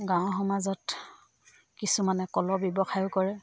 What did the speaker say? গাঁও সমাজত কিছুমানে কলৰ ব্যৱসায়ো কৰে